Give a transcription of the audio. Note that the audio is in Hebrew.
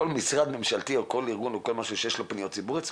משרד ממשלתי או כל ארגון שיש לו פניות ציבור.